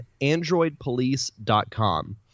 AndroidPolice.com